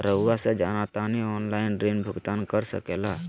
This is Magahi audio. रहुआ से जाना तानी ऑनलाइन ऋण भुगतान कर सके ला?